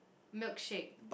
milkshake